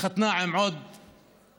התחתנה עם עוד איש,